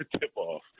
tip-off